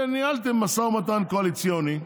כי ניהלתם משא ומתן קואליציוני,